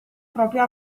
propria